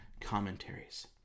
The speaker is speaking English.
commentaries